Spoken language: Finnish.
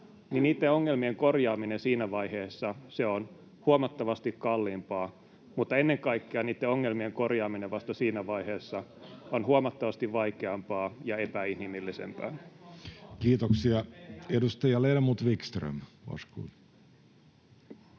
niitten ongelmien korjaaminen siinä vaiheessa on huomattavasti kalliimpaa, mutta ennen kaikkea niitten ongelmien korjaaminen vasta siinä vaiheessa on huomattavasti vaikeampaa ja epäinhimillisempää. [Speech 54] Speaker: Jussi Halla-aho